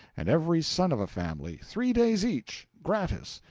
and every son of a family, three days each gratis,